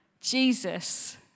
Jesus